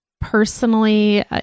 personally